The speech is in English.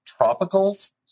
tropicals